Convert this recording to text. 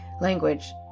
language